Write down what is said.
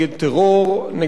נגד טרוריזם,